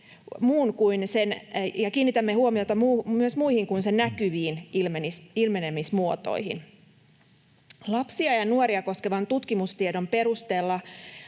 ja kiinnitämme huomiota myös muihin kuin sen näkyviin ilmenemismuotoihin. Lapsia ja nuoria koskevan tutkimustiedon perusteella